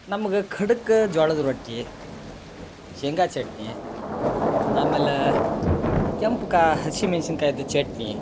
ನಮ್ಗ ಖಡಕ್ ಜ್ವಾಳದ ರೊಟ್ಟಿ ಶೇಂಗ ಚಟ್ನಿ ಆಮೇಲೆ ಕೆಂಪು ಕಾ ಹಸಿ ಮೆನ್ಶಿನ್ಕಾಯಿದ ಚಟ್ನಿ